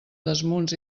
desmunts